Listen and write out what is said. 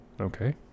Okay